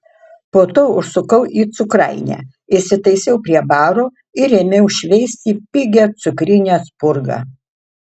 po to užsukau į cukrainę įsitaisiau prie baro ir ėmiau šveisti pigią cukrinę spurgą